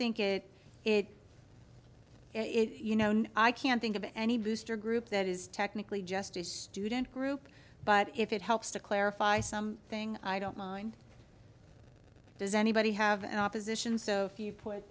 think it it it you know i can't think of any booster group that is technically just a student group but if it helps to clarify some thing i don't mind does anybody have an opposition so if you put